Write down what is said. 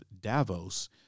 Davos